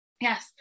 Yes